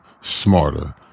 smarter